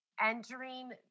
entering